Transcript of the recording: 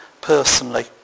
personally